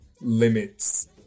limits